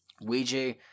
Ouija